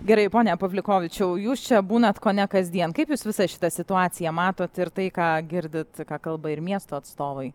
gerai pone pavliukovičiau jūs čia būnat kone kasdien kaip jūs visą šitą situaciją matot ir tai ką girdit ką kalba ir miesto atstovai